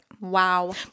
Wow